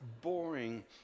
boring